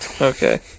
Okay